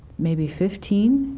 maybe fifteen.